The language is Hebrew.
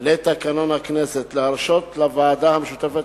לתקנון הכנסת להרשות לוועדה המשותפת